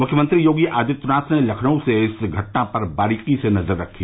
मुख्यमंत्री योगी आदित्यनाथ ने लखनऊ से इस घटना पर बारीकी से नजर रखी